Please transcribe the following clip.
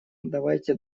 давайте